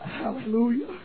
Hallelujah